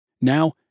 Now